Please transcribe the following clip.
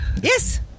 Yes